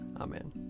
Amen